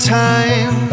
time